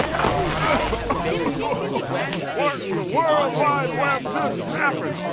um what in the world wide web just happened?